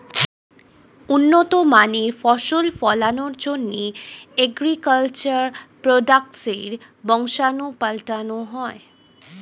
উন্নত মানের ফসল ফলনের জন্যে অ্যাগ্রিকালচার প্রোডাক্টসের বংশাণু পাল্টানো হয়